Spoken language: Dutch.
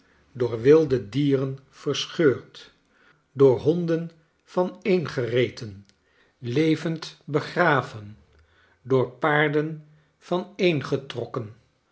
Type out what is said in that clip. door wilde dieren verscheurd door honden vaneengereten levend begraven door paarden